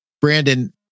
Brandon